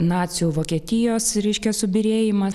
nacių vokietijos reiškia subyrėjimas